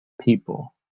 people